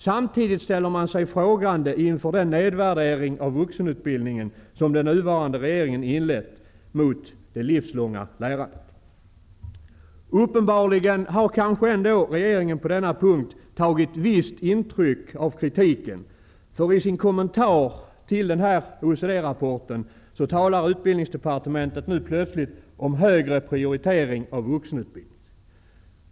Samtidigt ställer man sig frågande inför den nedvärdering av vuxenutbildningen som den nuvarande regeringen inlett, mot ''det livslånga lärandet''. Uppenbarligen har regeringen på denna punkt ändå tagit visst intryck av kritiken, för i sin kommentar av OECD-rapporten talar Utbildningsdepartementet nu plötsligt om högre prioritering av vuxenutbildningen.